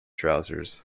trousers